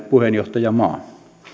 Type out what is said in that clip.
puheenjohtajamaa